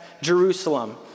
Jerusalem